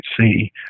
see